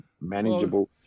manageable